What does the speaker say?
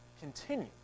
continue